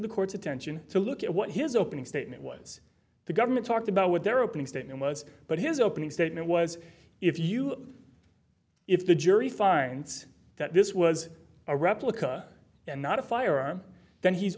the court's attention to look at what his opening statement was the government talked about what their opening statement was but his opening statement was if you if the jury finds that this was a replica and not a firearm then he's